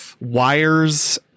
wires